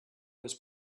was